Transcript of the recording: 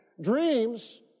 Dreams